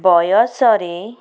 ବୟସରେ